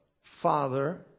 Father